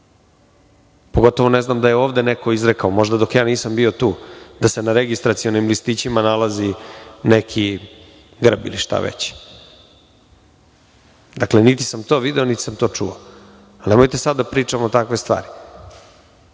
pogotovo ne znam da je ovde neko izrekao, možda dok ja nisam bio tu, da se na registracionim listićima nalazi neki grb ili šta već. Dakle, niti sam to video, niti sam to čuo. Nemojte sada da pričamo takve stvari.